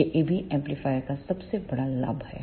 यह AB amplifier का सबसे बड़ा लाभ है